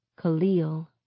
Khalil